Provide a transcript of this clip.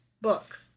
Book